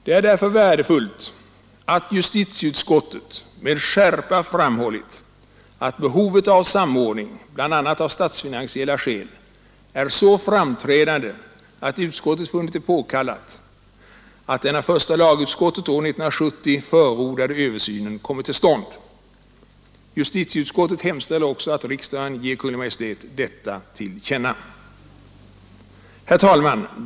Det är därför värdefullt att justitieutskottet nu med skärpa framhållit att behovet av samordning — bl.a. av statsfinansiella skäl — är så framträdande, att utskottet funnit det påkallat att den av första lagutskottet år 1970 förordade översynen kommer till stånd. Justitieutskottet hemställer också att riksdagen ger Kungl. Maj:t detta till känna. Herr talman!